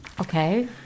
Okay